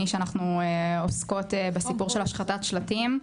שאנחנו עוסקות בסיפור של השחתת שלטים.